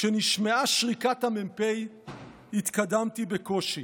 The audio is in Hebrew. כשנשמעה שריקת המ"פ התקדמתי בקושי.